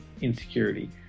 insecurity